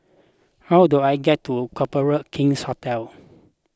how do I get to Copthorne King's Hotel